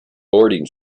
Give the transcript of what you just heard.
boarding